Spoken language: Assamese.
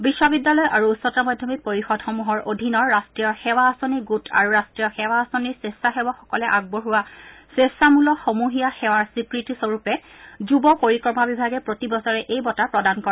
বিশ্ববিদ্যালয় আৰু উচ্চতৰ মাধ্যমিক পৰিয়দসমূহৰ অধীনৰ ৰাষ্ট্ৰীয় সেৱা আঁচনি গোট আৰু ৰাষ্ট্ৰীয় সেৱা আঁচনিৰ স্কেচাসেৱকসকলে আগবঢ়োৱা স্কেচ্ছামূলক সমূহীয়া সেৱাৰ স্বীকৃতি স্বৰূপে যুৱ পৰিক্ৰমা বিভাগে প্ৰতি বছৰে এই বঁটা প্ৰদান কৰে